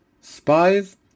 spies